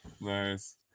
Nice